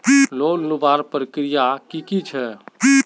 Loan लुबार प्रक्रिया की की छे?